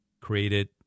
created